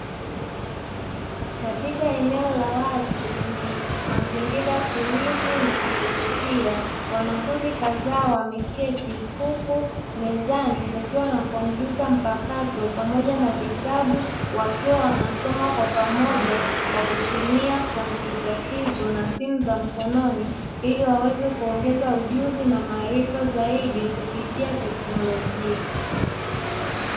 Katika eneo la wazi lenye mazingira tulivu na ya kuvutia, wanafunzi kazaa wameketi, huku mezani kukiwa na kompyuta mpakato pamoja na vitabu wakiwa wanasoma kwa pamoja kwa kutumia kompyuta hizo na simu za mkononi ili waweze kuongeza ujuzi na maarifa zaidi kupitia teknolojia.